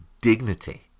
dignity